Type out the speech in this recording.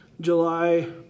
July